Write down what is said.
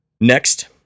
Next